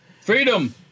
freedom